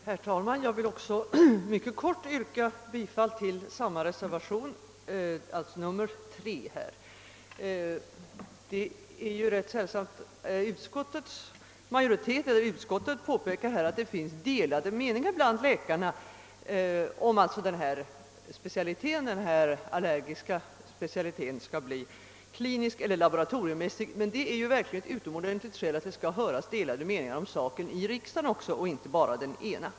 Herr talman! Även jag vill mycket kortfattat yrka bifall till reservationen 3. Utskottet påpekar att det föreligger delade meningar bland läkarna, om den allergiska specialiteten skall bli klinisk eller laboratoriemässig. Detta är ett utomordentligt starkt skäl för att det skall höras olika meningar om saken även i riksdagen.